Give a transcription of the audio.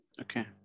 Okay